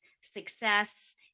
success